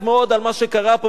על מה שקרה פה במוצאי-שבת,